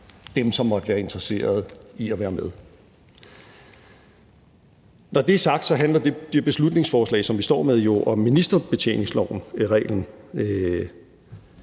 som måtte være interesseret i at være med. Når det er sagt, handler det beslutningsforslag, som vi står med, om ministerbetjeningsreglen